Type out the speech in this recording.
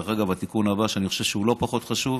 דרך אגב, התיקון הבא, שאני חושב שהוא לא פחות חשוב